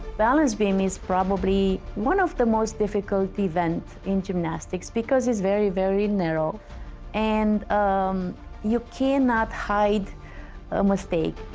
balance beam is probably one of the most difficult events in gymnastics, because it's very, very narrow and um you cannot hide a mistake.